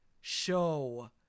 show